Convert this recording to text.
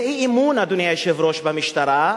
זה אי-אמון, אדוני היושב-ראש, במשטרה,